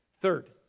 Third